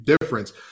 difference